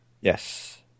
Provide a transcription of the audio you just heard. Yes